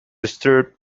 disturbed